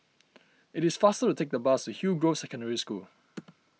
it is faster to take the bus to Hillgrove Secondary School